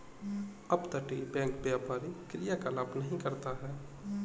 अपतटीय बैंक व्यापारी क्रियाकलाप नहीं करता है